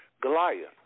Goliath